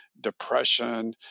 depression